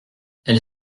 elle